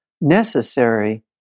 necessary